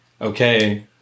okay